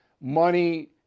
money